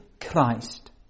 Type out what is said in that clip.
Christ